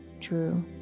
true